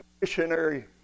missionary